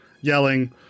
yelling